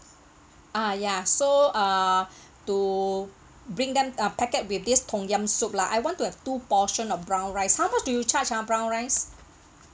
ah ya so err to bring them uh packet with this tom yum soup lah I want to have two portion of brown rice how much do you charge ah brown rice